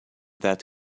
that